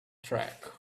track